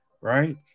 Right